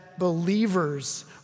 Believers